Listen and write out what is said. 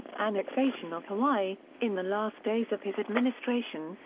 annexation of hawaii in the last days of his administration,